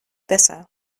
besser